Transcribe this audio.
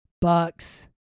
Bucks